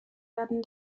werden